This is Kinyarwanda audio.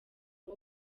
ngo